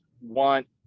want